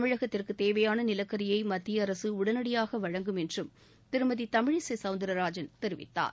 தமிழகத்திற்குதேவையானநிலக்கிரியைமத்தியஅரசுஉடனடியாகவழங்கும் என்றும் திருமதிதமிழிசைசௌந்தரராஜன் தெரிவித்தார்